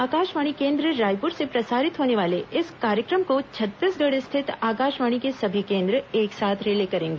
आकाशवाणी केंद्र रायपुर से प्रसारित होने वाले इस कार्यक्रम को छत्तीसगढ़ स्थित आकाशवाणी के सभी केंद्र एक साथ रिले करेंगे